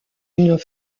une